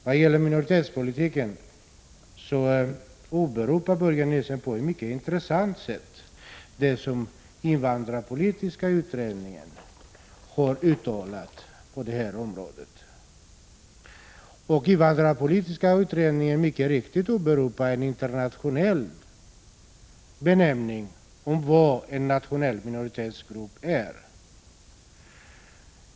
Beträffande minoritetspolitiken åberopar Börje Nilsson på ett mycket intressant sätt det som invandrarpolitiska kommittén har uttalat. Invandrarpolitiska kommittén åberopar mycket riktigt en internationell benämning på vad en nationell minoritetsgrupp är.